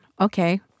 okay